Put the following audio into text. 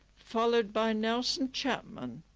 followed by nelson chapman